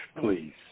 Please